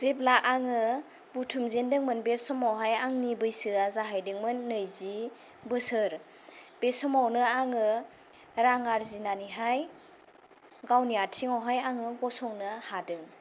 जेब्ला आङो बुथुमजेन्दोंमोन बे समावहाय आंनि बैसोया जाहैदोंमोन नैजि बोसोर बे समावनो आङो रां आरजिनानैहाय गावनि आथिंयावहाय आङो गसंनो हादों